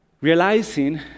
realizing